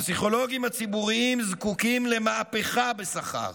הפסיכולוגים הציבוריים זקוקים למהפכה בשכר